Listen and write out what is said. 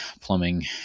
plumbing